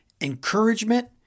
encouragement